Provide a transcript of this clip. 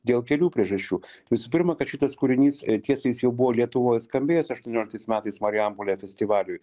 dėl kelių priežasčių visų pirma kad šitas kūrinys tiesa jis jau buvo lietuvoj skambėjęs aštuonioliktais metais marijampolėje festivaliui